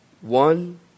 one